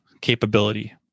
capability